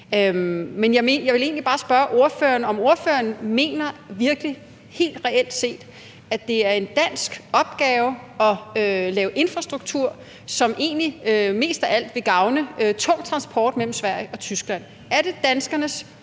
Men jeg vil egentlig bare spørge ordføreren, om ordføreren virkelig helt reelt set mener, at det er en dansk opgave at lave infrastruktur, som egentlig mest af alt vil gavne tung transport mellem Sverige og Tyskland. Er det danskernes opgave